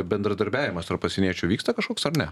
bendradarbiavimas tarp pasieniečių vyksta kažkoks ar ne